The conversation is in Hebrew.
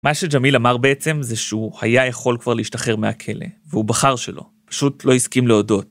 ‫מה שג'מיל אמר בעצם זה שהוא ‫היה יכול כבר להשתחרר מהכלא, ‫והוא בחר שלא, פשוט לא הסכים להודות.